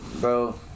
bro